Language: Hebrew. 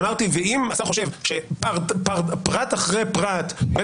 אמרתי שאם השר חושב שפרט אחרי פרט זה